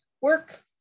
work